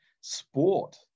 Sport